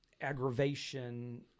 aggravation